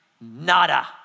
Nada